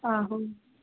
आहो